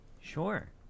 sure